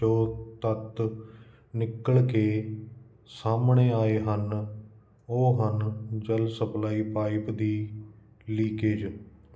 ਜੋ ਤੱਤ ਨਿਕਲ ਕੇ ਸਾਹਮਣੇ ਆਏ ਹਨ ਉਹ ਹਨ ਜਲ ਸਪਲਾਈ ਪਾਈਪ ਦੀ ਲੀਕੇਜ